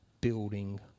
building